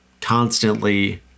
constantly